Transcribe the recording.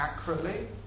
accurately